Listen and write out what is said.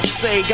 say